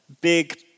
big